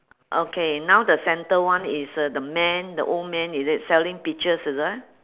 okay now the center one is a the man the old man is it selling peaches is it